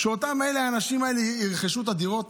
שהאנשים האלה ירכשו את הדירות.